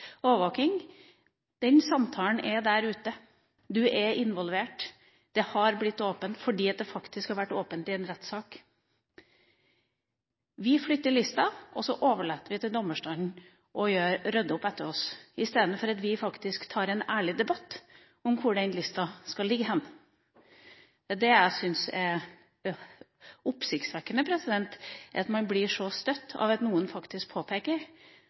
den norske rettsstat gjør en feil, er informasjonen der ute. En samtale man har hatt med en som da har fått overvåking, er der ute. Man er involvert. Det har blitt åpent fordi det faktisk har vært åpent i en rettssak. Vi flytter lista og overlater til dommerstanden å rydde opp etter oss, istedenfor at vi faktisk tar en ærlig debatt om hvor den lista skal ligge. Det jeg syns er oppsiktsvekkende, er at man blir så støtt